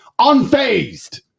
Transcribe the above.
unfazed